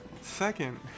Second